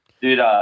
Dude